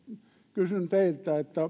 kysyn teiltä